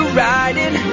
riding